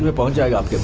and punjagutta